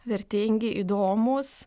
vertingi įdomūs